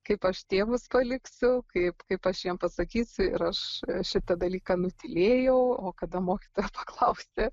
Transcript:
kaip aš tėvus paliksiu kaip kaip aš jiem pasakysiu ir aš šitą dalyką nutylėjau o kada mokytoja paklausė